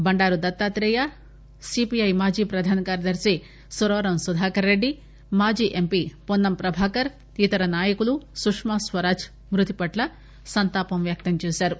Bandaru Dattatreya CPI మాజీ ప్రధాన కార్యదర్తి సురవరం సుధాకర్ రెడ్డి మాజీ ఎంపీ పొన్నం ప్రభాకర్ ఇతర నాయకులు సుష్మా స్వరాజ్ మృతిపట్ల సంతాపం వ్యక్తంచేశారు